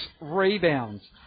rebounds